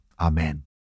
Amen